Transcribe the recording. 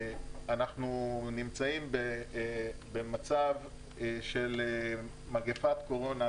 אנחנו נמצאים במצב של מגפת קורונה.